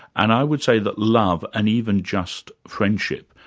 and i would say that love and even just friendship,